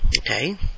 Okay